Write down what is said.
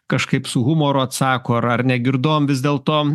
kažkaip su humoru atsako ar ar negirdom vis dėlto